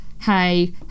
hey